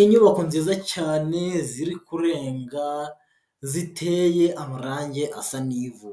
Inyubako nziza cyane ziri kurenga, ziteye amarangi asa n'ivu.